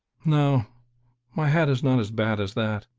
no my head is not as bad as that.